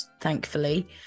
thankfully